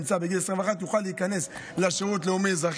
כדי שמי שכרגע נמצא בגיל 21 יוכל להיכנס לשרות לאומי-אזרחי.